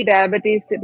Diabetes